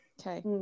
Okay